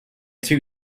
two